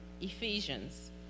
Ephesians